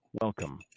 Welcome